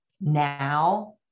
now